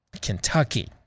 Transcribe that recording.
Kentucky